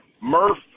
Murph